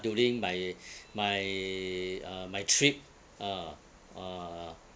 during my my uh my trip ah uh